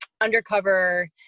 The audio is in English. undercover